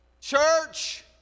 church